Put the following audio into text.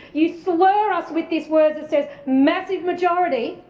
you slur us with these words, it says massive majority.